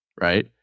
right